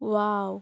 wow